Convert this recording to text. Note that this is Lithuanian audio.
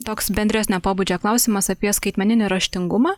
toks bendresnio pobūdžio klausimas apie skaitmeninį raštingumą